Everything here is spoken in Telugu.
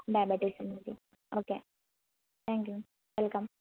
డయాబెటీస్ ఉంటుంది ఓకే థ్యాంక్ యు వెల్కమ్